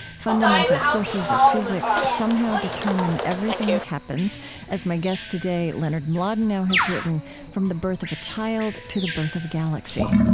fundamental forces of physics somehow determine everything that happens as my guest today, leonard mlodinow has written from the birth of a child to the birth of a galaxy.